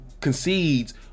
concedes